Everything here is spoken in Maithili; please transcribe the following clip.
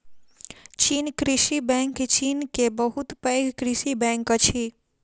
चीन कृषि बैंक चीन के बहुत पैघ कृषि बैंक अछि